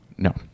No